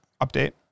Update